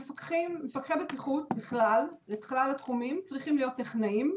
מפקחי בטיחות בכלל - בכל התחומים צריכים להיות לפחות טכנאים,